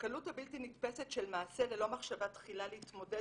הקלות הבלתי נתפסת של מעשה ללא מחשבה תחילה להתמודד